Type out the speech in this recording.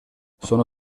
sono